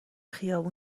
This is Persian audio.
خیابون